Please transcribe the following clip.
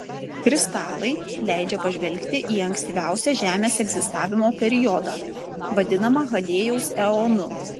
kristalai leidžia pažvelgti į ankstyviausią žemės egzistavimo periodą vadinamą hadėjaus eonu